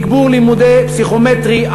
תגבור לימודי פסיכומטרי,